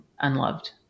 unloved